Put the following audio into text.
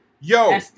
yo